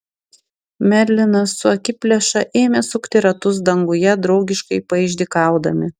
merlinas su akiplėša ėmė sukti ratus danguje draugiškai paišdykaudami